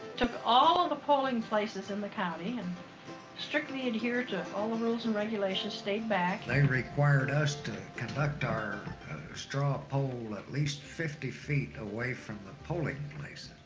took all of the polling places in the county and strictly adhered to all the rules and regulations, stayed back. they required us to conduct our straw poll at least fifty feet away from the polling place.